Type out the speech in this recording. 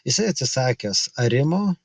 jisai atsisakęs arimo